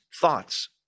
thoughts